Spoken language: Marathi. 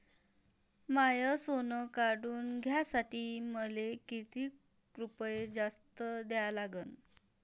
माय सोनं काढून घ्यासाठी मले कितीक रुपये जास्त द्या लागन?